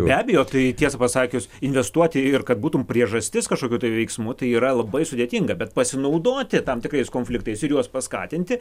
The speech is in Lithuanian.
be abejo tai tiesa pasakius investuoti ir kad būtum priežastis kažkokių veiksmų tai yra labai sudėtinga bet pasinaudoti tam tikrais konfliktais ir juos paskatinti